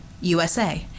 USA